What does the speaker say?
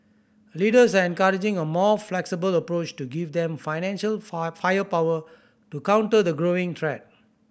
leaders are encouraging a more flexible approach to give them financial firepower to counter the growing threat